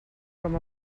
com